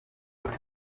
work